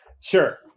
Sure